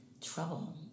trouble